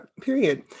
period